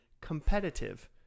competitive